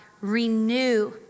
renew